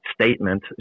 statement